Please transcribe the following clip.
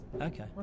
Okay